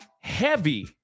heavy